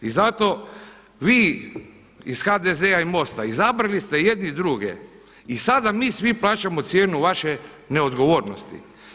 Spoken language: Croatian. I zato vi iz HDZ-a i MOST-a izabrali ste jedni druge i sada mi svi plaćamo cijenu vaše neodgovornosti.